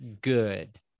good